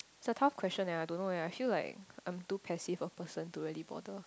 it's a tough question eh I don't know eh I feel like I'm too passive a person to really bother